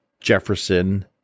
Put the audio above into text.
Jefferson